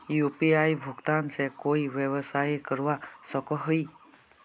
UPI भुगतान से कोई व्यवसाय करवा सकोहो ही?